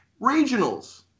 regionals